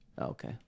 Okay